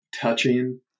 touching